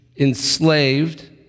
enslaved